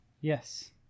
Yes